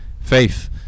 faith